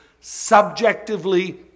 subjectively